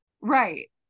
Right